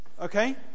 Okay